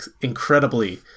incredibly